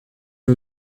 ont